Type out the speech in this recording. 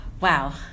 wow